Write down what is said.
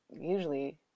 usually